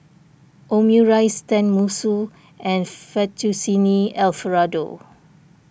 Omurice Tenmusu and Fettuccine Alfredo